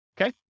Okay